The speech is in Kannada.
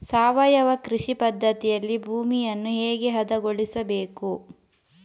ಸಾವಯವ ಕೃಷಿ ಪದ್ಧತಿಯಲ್ಲಿ ಭೂಮಿಯನ್ನು ಹೇಗೆ ಹದಗೊಳಿಸಬೇಕು?